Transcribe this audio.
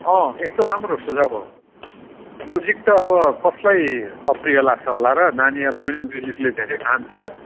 अँ एकदम राम्रो सुझाउ हो म्युजिक त अब कसलाई अप्रिय लाग्छ होला र नानीहरूलाई पनि म्युजिकले धेरै तान्छ